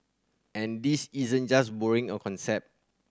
and this isn't just borrowing a concept